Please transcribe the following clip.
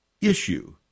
issue